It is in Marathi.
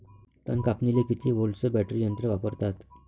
तन कापनीले किती व्होल्टचं बॅटरी यंत्र वापरतात?